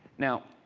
now,